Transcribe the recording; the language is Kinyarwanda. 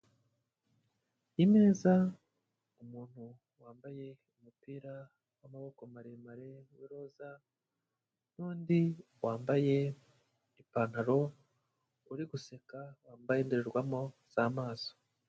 Imeza, umuntu wambaye umupira w'amaboko maremare w'iroza, n'undi wambaye, ipantaro, uri guseka. wambaye indorerwamo z'amaso.